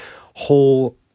whole